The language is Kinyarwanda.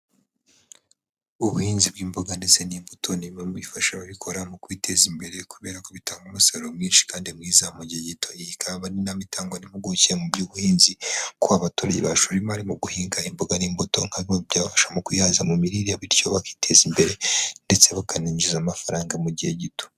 Ubuhinzi bw'imboga ndetse n'imbuto ni bimwe mu bifasha ababikora mu kwiteza imbere kubera kubitanga umusaruro mwinshi kandi mwiza mu gihe gito. iyi ikaba ari inama itangwa n'impupuguke mu by'ubuhinzi ko abaturage bashora imari mu guhinga imboga n'imbuto nkabo byabafasha mu kwihaza mu mirire bityo bakiteza imbere, ndetse bakananjiza amafaranga mu gihe gito.